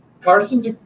carsons